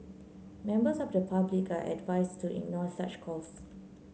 members of the public are advised to ignore such calls